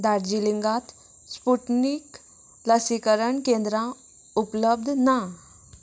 दार्जिलिंगात Sputnik लसीकरण केंद्रां उपलब्ध ना